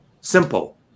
simple